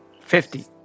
Fifty